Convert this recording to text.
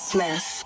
Smith